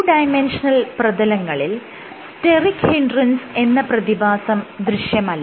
2D പ്രതലങ്ങളിൽ steric hindrance എന്ന പ്രതിഭാസം ദൃശ്യമല്ല